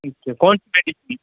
کون سی میڈیسین